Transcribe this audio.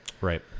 Right